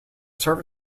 sell